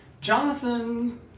Jonathan